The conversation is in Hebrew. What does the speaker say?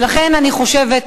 ולכן אני חושבת,